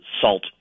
salt